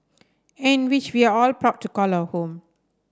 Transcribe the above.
and which we are all proud to call our home